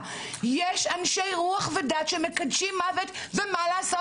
יש אנשי רוח ודת שמקדשים מוות, ומה לעשות?